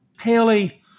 Haley